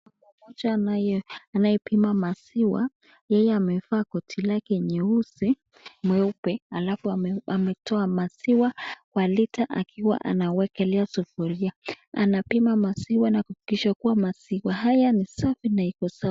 kwa macho naye. Anayepima maziwa yeye amevaa koti lake nyeusi, meupe alafu ametoa maziwa kwa lita akiwa anawekelea sufuria. Anapima maziwa na kuhakikisha kuwa maziwa haya ni safi na iko sawa.